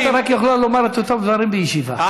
את רק יכולה לומר את אותם דברים בישיבה.